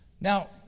Now